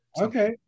okay